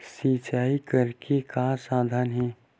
सिंचाई करे के का साधन हे?